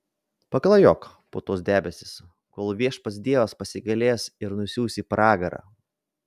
paklajok po tuos debesis kol viešpats dievas pasigailės ir nusiųs į pragarą